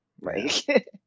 right